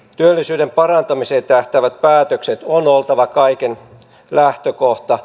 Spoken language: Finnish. työllisyyden parantamiseen tähtäävien päätösten on oltava kaiken lähtökohta